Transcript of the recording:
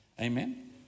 Amen